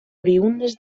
oriündes